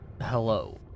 hello